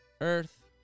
Earth